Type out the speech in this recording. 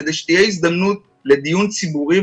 כדי שתהיה הזדמנות לדיון ציבורי,